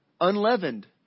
unleavened